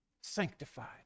Sanctified